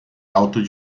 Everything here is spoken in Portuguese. alto